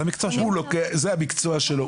זה המקצוע שלו,